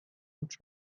lunch